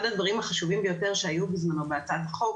אחד הדברים החשובים ביותר שהיו בזמנו בהצעת החוק,